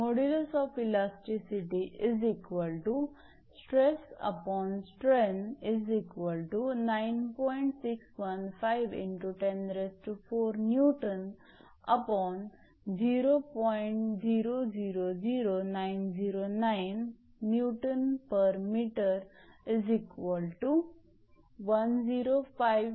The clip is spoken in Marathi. पर्सेंट एलोंगेशन इतका आहे